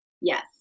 Yes